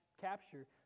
capture